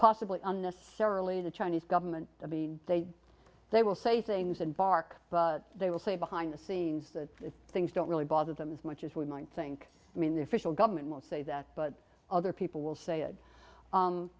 possibly unnecessarily the chinese government i mean they they will say things and bark but they will say behind the scenes that things don't really bother them as much as we might think i mean the official government will say that but other people will say it